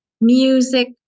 music